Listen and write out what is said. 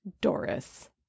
Doris